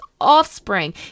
Offspring